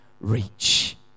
reach